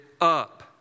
up